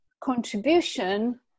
contribution